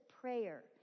prayer